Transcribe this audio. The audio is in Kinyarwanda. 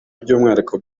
by’umwihariko